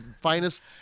finest